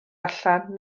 allan